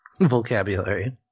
Vocabulary